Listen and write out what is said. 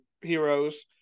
heroes